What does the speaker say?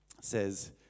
says